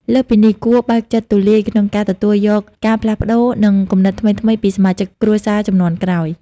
លើសពីនេះ គួរបើកចិត្តទូលាយក្នុងការ ទទួលយកការផ្លាស់ប្ដូរ និងគំនិតថ្មីៗ ពីសមាជិកគ្រួសារជំនាន់ក្រោយ។